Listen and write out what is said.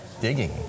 digging